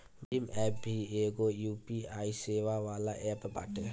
Bhim app भी एगो UPI सेवा वाला एप्प बाटे